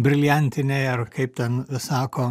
briliantiniai ar kaip ten sako